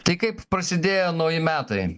tai kaip prasidėjo nauji metai